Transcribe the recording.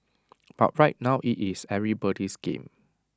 but right now IT is everybody's game